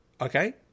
Okay